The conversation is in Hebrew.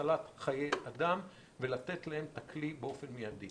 הצלת חיי אדם, ולתת להם את הכלי באופן מיידי.